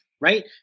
right